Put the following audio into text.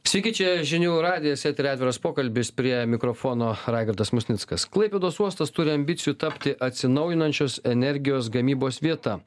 sveiki čia žinių radijas eteryje atviras pokalbis prie mikrofono raigardas musnickas klaipėdos uostas turi ambicijų tapti atsinaujinančios energijos gamybos vieta